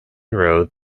road